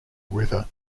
river